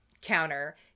counter